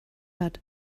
hat